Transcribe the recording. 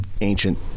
ancient